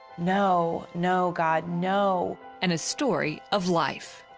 no. no, god, no! and a story of life.